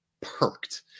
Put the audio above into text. perked